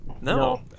No